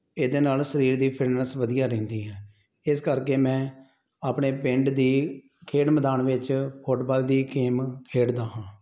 ਇਹਦੇ ਨਾਲ ਸਰੀਰ ਦੀ ਫਿਟਨੈੱਸ ਵਧੀਆ ਰਹਿੰਦੀ ਹੈ ਇਸ ਕਰਕੇ ਮੈਂ ਆਪਣੇ ਪਿੰਡ ਦੇ ਖੇਡ ਮੈਦਾਨ ਵਿੱਚ ਫੁੱਟਬਾਲ ਦੀ ਗੇਮ ਖੇਡਦਾ ਹਾਂ